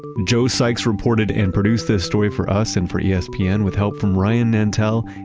joe sykes reported and produced this story for us and for espn yeah and with help from ryan nantell,